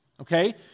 okay